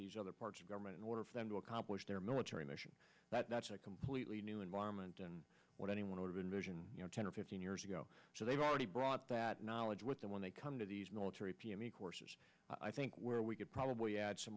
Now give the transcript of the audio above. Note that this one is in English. these other parts of government in order for them to accomplish their military mission that's a completely new environment and what anyone would invision you know ten or fifteen years ago so they've already brought that knowledge with them when they come to these military pm a course is i think where we could probably add some